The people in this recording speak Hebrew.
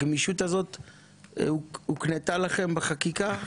הגמישות הזו הוקנתה לכם בחקיקה?